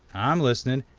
i'm listening.